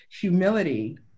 humility